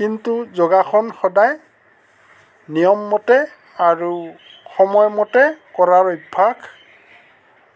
কিন্তু যোগাসন সদায় নিয়মমতে আৰু সময়মতে কৰাৰ অভ্যাস